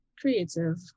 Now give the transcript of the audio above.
creative